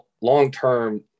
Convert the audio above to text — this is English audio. long-term